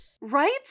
Right